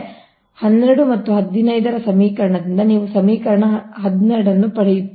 ಆದ್ದರಿಂದ 12 ಮತ್ತು 15 ರ ಸಮೀಕರಣದಿಂದ ನೀವು ಸಮೀಕರಣ 12 ಅನ್ನು ಪಡೆಯುತ್ತೀರಿ